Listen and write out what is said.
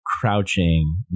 crouching